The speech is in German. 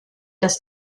das